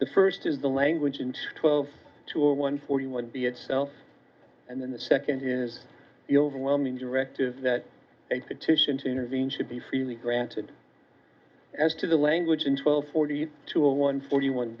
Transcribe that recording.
the first is the language in twelve to one forty one b itself and then the second is the overwhelming directive that a petition to intervene should be freely granted as to the language in twelve forty two a one forty one